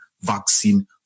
vaccine